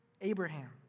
Abraham